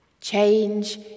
Change